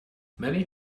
many